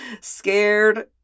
scared